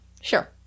Sure